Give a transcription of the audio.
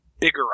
bigger